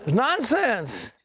nonsense.